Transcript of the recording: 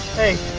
hey,